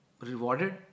rewarded